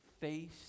face